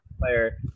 player